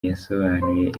yasobanuye